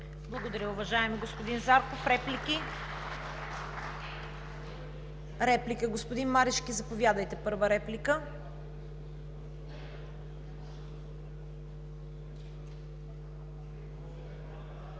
Благодаря, уважаеми господин Зарков. Реплики? Господин Марешки, заповядайте – първа реплика. ВЕСЕЛИН